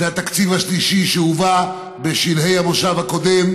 זה התקציב השלישי שהובא בשלהי המושב הקודם,